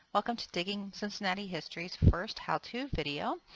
welcome to digging cincinnati history's first how to video.